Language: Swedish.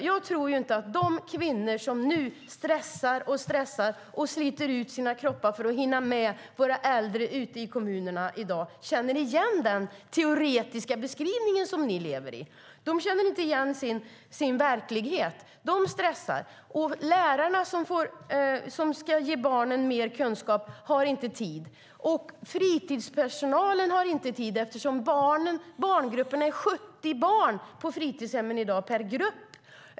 Jag tror inte att de kvinnor som nu stressar och stressar och sliter ut sina kroppar för att hinna med våra äldre ute i kommunerna i dag känner igen den teoretiska beskrivning som ni lever i. De känner inte igen sin verklighet. De stressar. Lärarna, som ska ge barnen mer kunskap, har inte tid. Fritidspersonalen har inte tid eftersom barngrupperna består av 70 barn på fritidshemmen i dag.